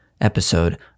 episode